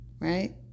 Right